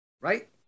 right